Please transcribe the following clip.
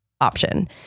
option